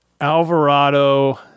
Alvarado